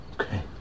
Okay